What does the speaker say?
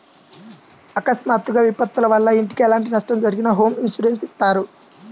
అకస్మాత్తుగా విపత్తుల వల్ల ఇంటికి ఎలాంటి నష్టం జరిగినా హోమ్ ఇన్సూరెన్స్ ఇత్తారు